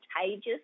contagious